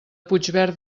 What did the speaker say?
puigverd